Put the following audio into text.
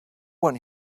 one